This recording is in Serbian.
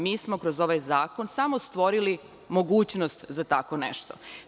Mi smo kroz ovaj zakon samo stvorili mogućnost za tako nešto.